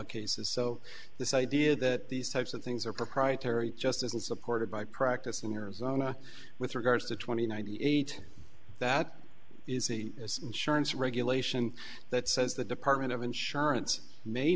cases so this idea that these types of things are proprietary just isn't supported by practicing your zona with regards to twenty ninety eight that is the insurance regulation that says the department of insurance may